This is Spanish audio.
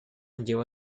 lleva